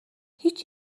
هیچ